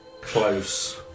close